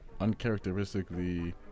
uncharacteristically